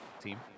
team